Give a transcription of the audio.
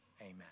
Amen